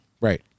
Right